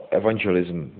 evangelism